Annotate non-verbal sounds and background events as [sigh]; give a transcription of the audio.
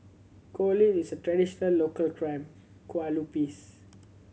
Kuih Lope is a traditional local [unintelligible]